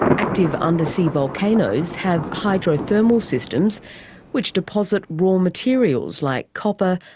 active undersea volcanoes have hydro thermal systems which deposit raw materials like copper,